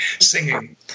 singing